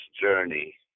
journey